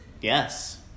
Yes